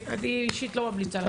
אני אישית גם לא ממליצה על זה.